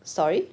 sorry